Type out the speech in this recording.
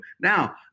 Now